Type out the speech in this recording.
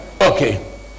okay